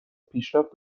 پیشرفت